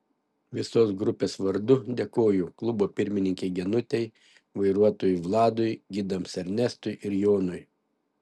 visos grupės vardu dėkoju klubo pirmininkei genutei vairuotojui vladui gidams ernestui ir jonui